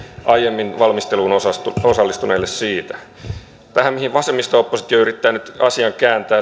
aiemmin valmisteluun osallistuneille osallistuneille siitä tästä mihin vasemmisto oppositio yrittää nyt asian kääntää